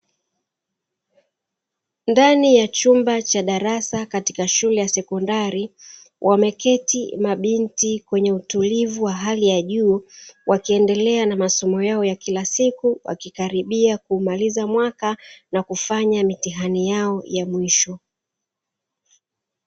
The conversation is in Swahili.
Ndani ya chumba cha darasa katika shule ya sekondari, wameketi mabinti kwenye utulivu wa hali ya juu wakiendelea na masomo yao ya kila siku, wakikaribia kumaliza mwaka na kufanya mitihani yao ya mwisho.